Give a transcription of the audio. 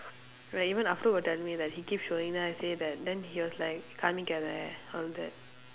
right even after will tell me that he keep showing then I say that then he was like காமிக்காதே:kaamikkaathee all that